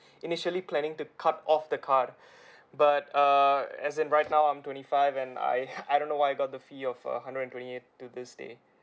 initially planning to cut off the card but uh as in right now I'm twenty five and I I don't know why I got the fee of err hundred and twenty eight till this day